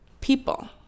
people